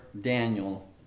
Daniel